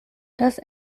das